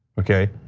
okay?